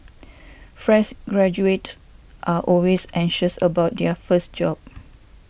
fresh graduates are always anxious about their first job